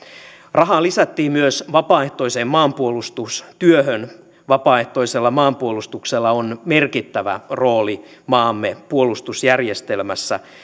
rahaa lisättiin myös vapaaehtoiseen maanpuolustustyöhön vapaaehtoisella maanpuolustuksella on merkittävä rooli maamme puolustusjärjestelmässä